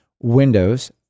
Windows